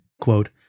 quote